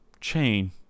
chain